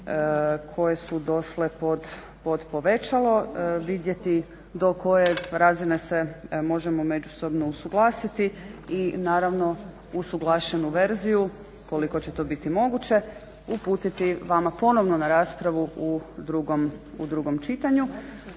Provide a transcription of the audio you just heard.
koje su došle pod povećalo, vidjeti do koje razine se možemo međusobno usuglasiti i naravno usuglašenu verziju, koliko će to biti moguće uputiti vama ponovno na raspravu u drugom čitanju.